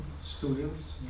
students